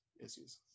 issues